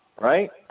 right